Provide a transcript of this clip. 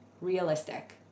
realistic